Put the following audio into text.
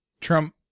Trump